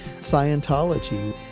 Scientology